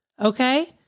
Okay